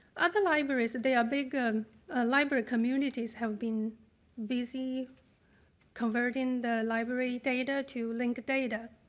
other libraries, their big um ah library communities have been busy converting the library data to linked data.